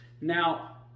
Now